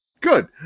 Good